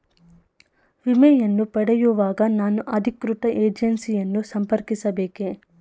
ವಿಮೆಯನ್ನು ಪಡೆಯುವಾಗ ನಾನು ಅಧಿಕೃತ ಏಜೆನ್ಸಿ ಯನ್ನು ಸಂಪರ್ಕಿಸ ಬೇಕೇ?